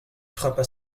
frappa